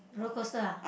rollercoaster ah